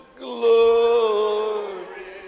glory